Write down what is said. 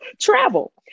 travel